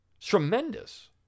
Tremendous